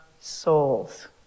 souls